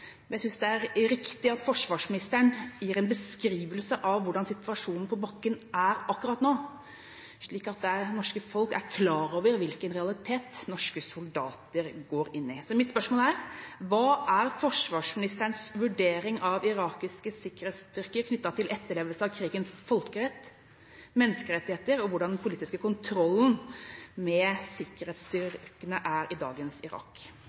Jeg synes det er riktig at forsvarsministeren gir en beskrivelse av hvordan situasjonen på bakken er akkurat nå, slik at det norske folk er klar over hvilken realitet norske soldater går inn i. Mitt spørsmål er: Hva er forsvarsministerens vurdering av irakiske sikkerhetsstyrker knyttet til etterlevelse av krigens folkerett, menneskerettigheter og hvordan den politiske kontrollen med sikkerhetsstyrkene er i dagens Irak?